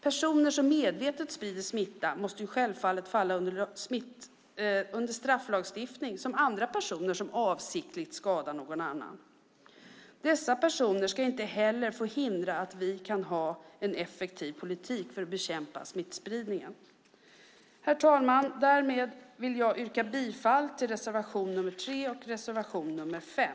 Personer som medvetet sprider smitta måste självfallet falla under strafflagstiftning som andra personer som avsiktligt skadar någon annan. Dessa personer ska inte heller få hindra att vi kan ha en effektiv politik för att bekämpa smittspridningen. Herr talman! Därmed vill jag yrka bifall till reservation nr 3 och reservation nr 5.